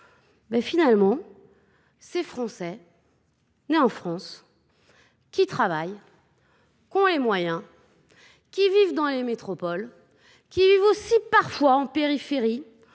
ce sont des Français nés en France, qui travaillent, qui ont les moyens, qui vivent dans les métropoles, parfois en périphérie,